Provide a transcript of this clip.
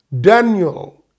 Daniel